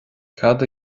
cad